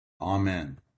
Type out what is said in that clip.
Amen